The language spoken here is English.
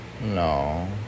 No